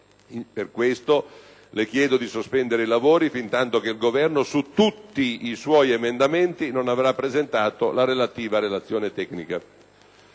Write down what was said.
Per questo le chiedo di sospendere i lavori fintanto che il Governo su tutti i suoi emendamenti non avrà presentato la relazione tecnica.